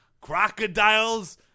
crocodiles